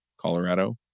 Colorado